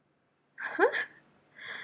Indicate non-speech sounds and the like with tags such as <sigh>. <laughs>